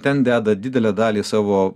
ten deda didelę dalį savo